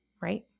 Right